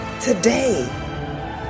today